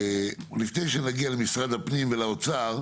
לפני שנגיע למשרד הפנים ולאוצר,